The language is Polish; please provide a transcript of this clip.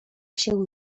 się